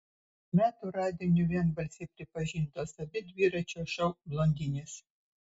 metų radiniu vienbalsiai pripažintos abi dviračio šou blondinės